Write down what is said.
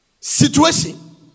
situation